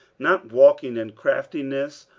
not walking in craftiness,